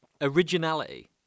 originality